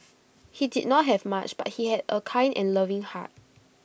he did not have much but he had A kind and loving heart